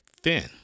thin